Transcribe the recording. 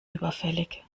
überfällig